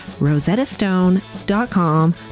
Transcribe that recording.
rosettastone.com